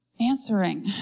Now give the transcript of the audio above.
answering